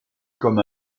comme